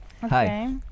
hi